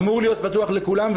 אמור להיות פתוח לכולם,